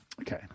Okay